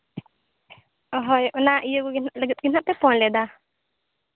ᱟᱨ ᱦᱳᱭ ᱚᱱᱟ ᱤᱭᱟᱹ ᱠᱚᱜᱮ ᱞᱟᱹᱜᱤᱫ ᱛᱮᱜᱮ ᱦᱟᱸᱜ ᱯᱮ ᱯᱷᱳᱱ ᱞᱮᱫᱟ